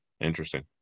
Interesting